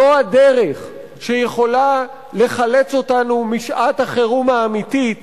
זו הדרך שיכולה לחלץ אותנו משעת החירום האמיתית